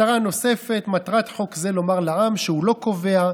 מטרה נוספת: מטרת חוק זה לומר לעם שהוא לא קובע,